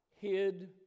Hid